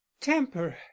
temper